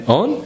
on